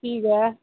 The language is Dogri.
ठीक ऐ